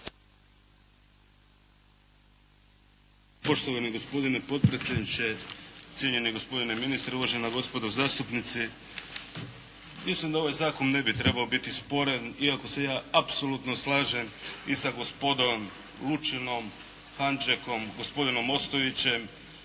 Poštovani gospodine potpredsjedniče, cijenjeni gospodine ministre, uvažena gospodo zastupnici! Mislim da ovaj zakon ne bi trebao biti sporan iako se apsolutno slažem i sa gospodom Lučinom, Hanžekom, gospodinom Ostojićem